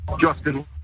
Justin